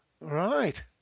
Right